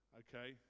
okay